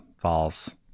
false